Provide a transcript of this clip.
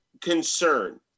concern